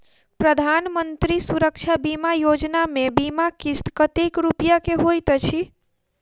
प्रधानमंत्री सुरक्षा बीमा योजना मे बीमा किस्त कतेक रूपया केँ होइत अछि?